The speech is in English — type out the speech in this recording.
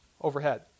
overhead